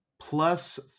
Plus